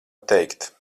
teikt